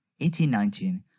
1819